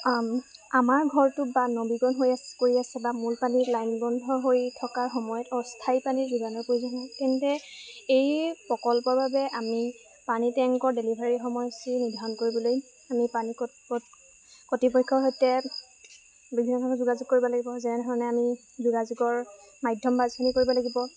আমাৰ ঘৰটো বা নবীকৰণ হৈ কৰি আছে বা মূল পানীৰ লাইন বন্ধ হৈ থকাৰ সময়ত অস্থায়ী পানী যোগানৰ প্ৰয়োজন হয় তেন্তে এই প্ৰকল্পৰ বাবে আমি পানী টেংকৰ ডেলিভাৰী সময়সূচী নিৰ্ধাৰণ কৰিবলৈ আমি পানী কৰ্তৃপক্ষৰ সৈতে বিভিন্ন ধৰণৰ যোগাযোগ কৰিব লাগিব যেনেধৰণে আমি যোগাযোগৰ মাধ্যম বাছনি কৰিব লাগিব